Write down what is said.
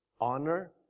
honor